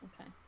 Okay